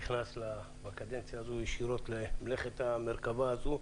ליושב-ראש ועדת הכנסת שנכנס בקדנציה הזו ישירות מלאכת המרכבה הזו.